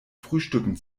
frühstücken